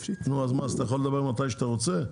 אתה יכול לדבר מתי שאתה רוצה?